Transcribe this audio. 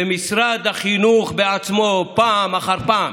ומשרד החינוך בעצמו, פעם אחר פעם,